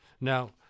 now